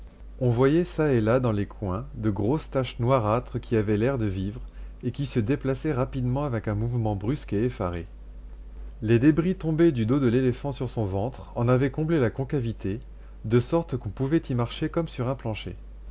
on voyait çà et là dans les coins de grosses taches noirâtres qui avaient l'air de vivre et qui se déplaçaient rapidement avec un mouvement brusque et effaré les débris tombés du dos de l'éléphant sur son ventre en avaient comblé la concavité de sorte qu'on pouvait y marcher comme sur un plancher